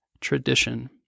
tradition